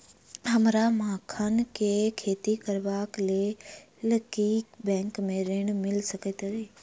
हमरा मखान केँ खेती करबाक केँ लेल की बैंक मै ऋण मिल सकैत अई?